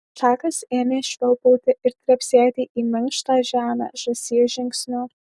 čakas ėmė švilpauti ir trepsėti į minkštą žemę žąsies žingsniu